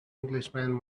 englishman